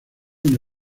una